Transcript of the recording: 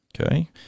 Okay